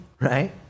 right